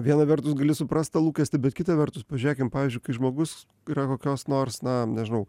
viena vertus gali suprast tą lūkestį bet kita vertus pažiūrėkim pavyzdžiui kai žmogus yra kokios nors na nežinau